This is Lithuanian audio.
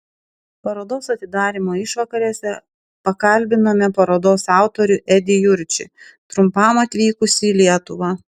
parodos atidarymo išvakarėse pakalbinome parodos autorių edį jurčį trumpam atvykusį į lietuvą